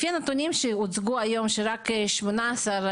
לפי הנתונים שהוצגו היום, שרק 18%